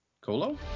Colo